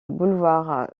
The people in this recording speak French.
boulevard